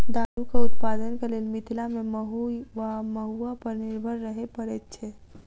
दारूक उत्पादनक लेल मिथिला मे महु वा महुआ पर निर्भर रहय पड़ैत छै